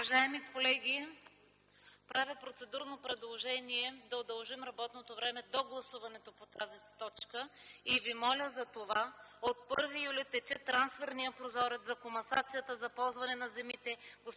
Уважаеми колеги, правя процедурно предложение да удължим работното време до гласуването на тази точка и ви моля за това. От 1 юли тече трансферния прозорец за комасацията за ползването на земите.